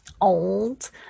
old